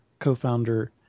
co-founder